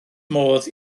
modd